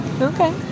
okay